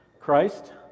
Christ